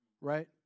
right